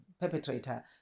perpetrator